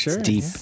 Deep